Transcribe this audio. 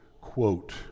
quote